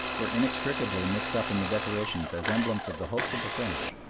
were inextricably mixed up in the decorations as emblems of the hopes of the french,